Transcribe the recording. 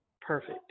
perfect